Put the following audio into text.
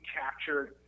captured